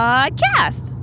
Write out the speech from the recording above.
Podcast